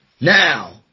Now